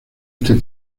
este